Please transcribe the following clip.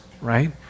Right